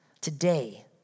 Today